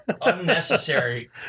unnecessary